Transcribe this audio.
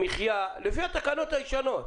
צעירים שהגענו והתיישבנו ואנחנו רוצים להתפרנס בכבוד.